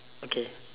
okay